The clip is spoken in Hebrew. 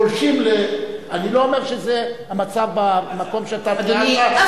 פולשים, אני לא אומר שזה המצב במקום שאתה תיארת.